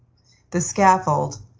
the scaffold,